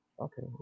okay